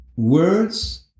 Words